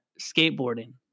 skateboarding